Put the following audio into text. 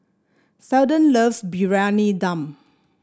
Seldon loves Briyani Dum